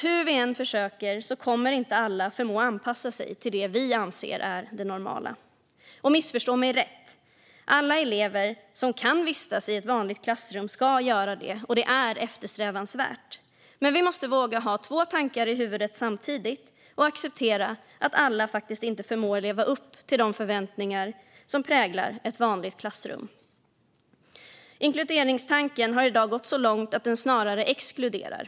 Hur vi än försöker kommer inte alla att förmå anpassa sig till det vi anser är det normala. Missförstå mig rätt: Alla elever som kan vistas i ett vanligt klassrum ska göra det. Det är eftersträvansvärt. Men vi måste våga ha två tankar i huvudet samtidigt och acceptera att alla faktiskt inte förmår leva upp till de förväntningar som präglar ett vanligt klassrum. Inkluderingstanken har i dag gått så långt att den snarare exkluderar.